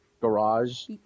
garage